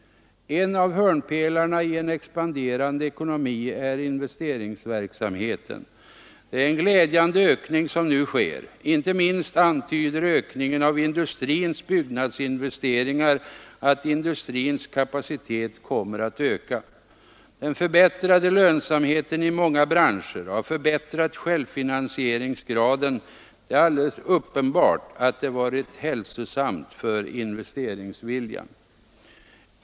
En av hörnpelarna i en expanderande ekonomi är investeringsverksamheten. Det är en glädjande ökning som nu sker. Inte minst antyder ökningen av industrins byggnadsinvesteringar att industrins kapacitet kommer att öka. Den förbättrade lönsamheten i många branscher har förbättrat självfinansieringsgraden. Det är alldeles uppenbart att den varit hälsosam för investeringsviljan.